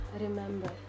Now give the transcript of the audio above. Remember